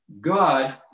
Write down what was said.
God